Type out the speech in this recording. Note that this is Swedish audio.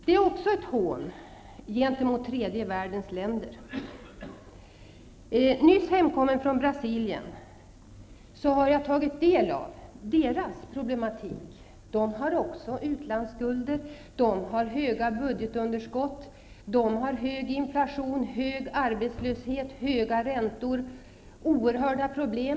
Det är också ett hån mot tredje världens länder. Nyss hemkommen från Brasilien har jag tagit del av Brasiliens problem. Brasilien har också utlandsskulder, stora budgetunderskott, hög inflation, hög arbetslöshet, höga räntor, oerhörda problem.